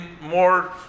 more